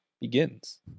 begins